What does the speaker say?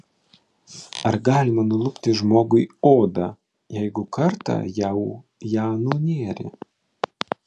ar galima nulupti žmogui odą jeigu kartą jau ją nunėrė